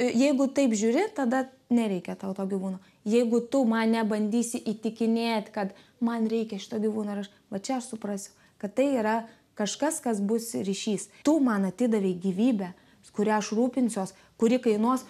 jeigu taip žiūri tada nereikia tau to gyvūno jeigu tu mane bandysi įtikinėt kad man reikia šito gyvūno ir aš va čia aš suprasiu kad tai yra kažkas kas bus ryšys tu man atidavei gyvybę kuria aš rūpinsiuos kuri kainuos